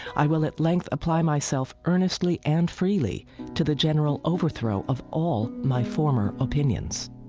i will at length apply myself earnestly and freely to the general overthrow of all my former opinions